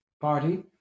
party